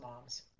moms